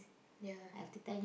ya